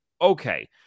okay